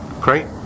Great